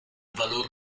valor